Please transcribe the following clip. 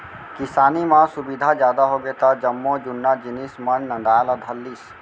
किसानी म सुबिधा जादा होगे त जम्मो जुन्ना जिनिस मन नंदाय ला धर लिस